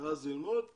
כדי ללמוד בטכניון.